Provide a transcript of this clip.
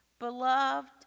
Beloved